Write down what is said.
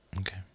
Okay